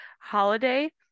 holiday